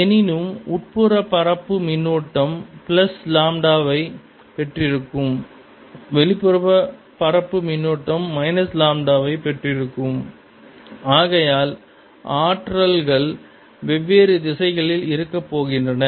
எனினும் உட்புற பரப்பு மின்னூட்டம் பிளஸ் லாம்டாவை பெற்றிருக்கும் வெளிப்புற பரப்பு மின்னூட்டம் மைனஸ் லாம்டாவை பெற்றிருக்கும் ஆகையால் ஆற்றல்கள் வெவ்வேறு திசைகளில் இருக்கப் போகின்றன